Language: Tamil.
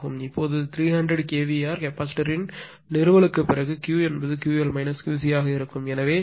இப்போது 300 kVAr கெப்பாசிட்டரின் நிறுவலுக்குப் பிறகு Q என்பது QL QC ஆக இருக்கும் எனவே 317